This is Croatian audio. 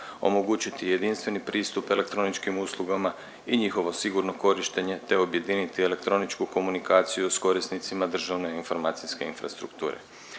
Omogućiti jedinstveni pristup elektroničkim uslugama i njihovo sigurno korištenje te objediniti elektroničku komunikaciju s korisnicima državne informacijske infrastrukture.